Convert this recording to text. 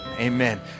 amen